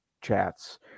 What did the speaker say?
chats